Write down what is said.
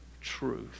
truth